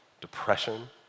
depression